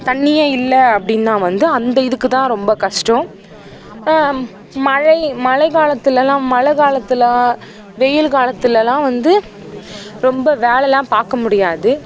தண்ணியே இல்லை அப்படின்னா வந்து அந்த இதுக்குதான் ரொம்ப கஷ்டம் மழை மழை காலத்திலலாம் மழை காலத்தில் வெயில் காலத்திலலாம் வந்து ரொம்ப வேலைலாம் பார்க்க முடியாது